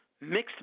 Mixed